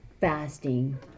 Fasting